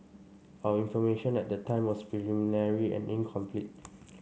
our information at the time was preliminary and incomplete